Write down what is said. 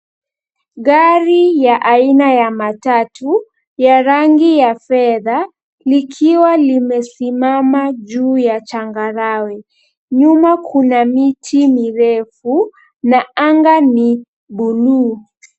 Gari ya aina ya matatu, ya rangi ya fedha likiwa limesimama juu ya changarawe. Nyuma kuna miti mirefu na anga ni buluu .